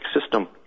system